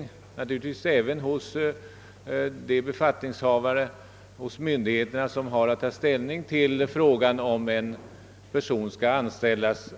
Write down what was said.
Det är naturligtvis fallet även hos de befattningshavare hos myndigheterna, som har att ta ställning till frågan huruvida en person skall anställas